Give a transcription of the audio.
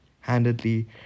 handedly